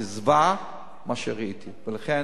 מה שראיתי זה זוועה.